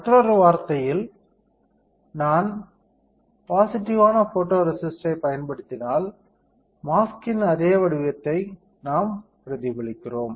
மற்றொரு வார்த்தையில் நான் பாசிட்டிவ்வான ஃபோட்டோரேசிஸ்டைப் பயன்படுத்தினால் மாஸ்க்கின் அதே வடிவத்தை நாம் பிரதிபலிக்கிறோம்